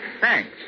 thanks